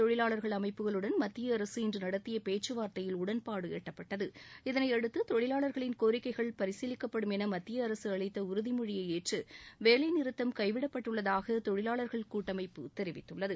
தொழிலாளா்கள் அமைப்புகளுடன் மத்திய அரசு இன்று நடத்திய பேச்சுவார்த்தையில் உடன்பாடு எட்டப்பட்டது இதனையடுத்து தொழிவாளர்களின் கோரிக்கைகள் பரிசீலிக்கப்படும் என மத்திய அரசு அளித்த உறுதிமொழியை ஏற்று வேலைநிறத்தம் கைவிடப்பட்டுள்ளதாக தொழிலாளா்கள் கூட்டமைப்பு தெரிவித்துள்ளது